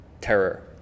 terror